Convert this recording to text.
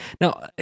Now